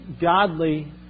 godly